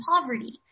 poverty